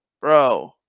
Bro